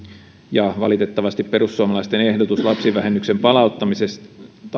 ja valitettavasti perussuomalaisten ehdotus lapsivähennyksen palauttamisesta